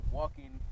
walking